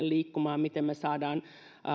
liikkumaan miten me saamme